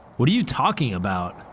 what are you talking about?